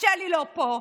אז שלי לא פה,